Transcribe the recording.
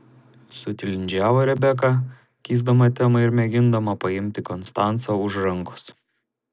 sutilindžiavo rebeka keisdama temą ir mėgindama paimti konstancą už rankos